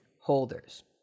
holders